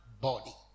body